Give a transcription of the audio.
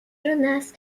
jonas